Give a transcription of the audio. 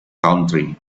country